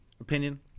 opinion